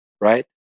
right